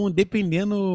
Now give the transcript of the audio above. dependendo